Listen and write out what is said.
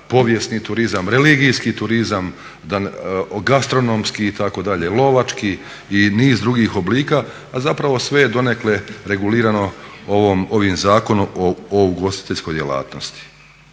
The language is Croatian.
povijesni turizam, religijski turizam, gastronomski itd., lovački i niz drugih oblika, a zapravo sve je donekle regulirano ovim Zakonom o ugostiteljskoj djelatnosti.